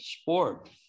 sport